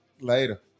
Later